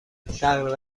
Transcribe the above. تقریبا